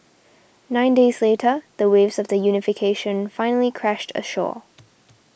nine days later the waves of the unification finally crashed ashore